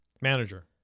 Manager